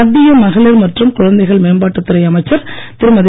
மத்திய மகளிர் மற்றும் குழந்தைகள் மேம்பாட்டுத் துறை அமைச்சர் திருமதி